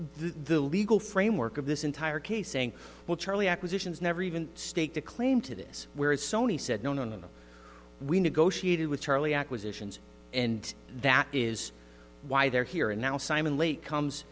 the legal framework of this entire case saying well charlie acquisitions never even staked a claim to this whereas sony said no no no no we negotiated with charlie acquisitions and that is why they're here and now simon lake comes